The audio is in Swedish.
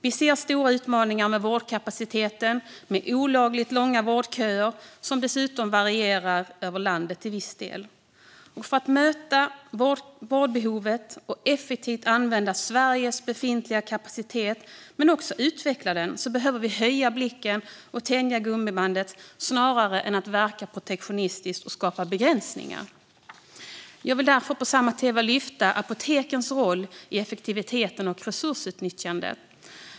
Vi ser stora utmaningar med vårdkapaciteten, till exempel med olagligt långa vårdköer som till viss del dessutom varierar över landet. För att möta vårdbehovet och effektivt använda Sveriges befintliga kapacitet, och utveckla den, behöver vi höja blicken och tänja gummibandet snarare än att verka protektionistiskt och skapa begränsningar. Jag vill därför på samma tema lyfta fram apotekens roll i effektiviteten och resursutnyttjandet.